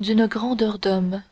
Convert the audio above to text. d'une grandeur d'homme